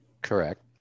Correct